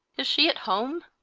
is she at home?